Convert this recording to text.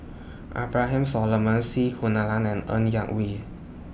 Abraham Solomon C Kunalan and Ng Yak Whee